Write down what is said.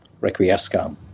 Requiescam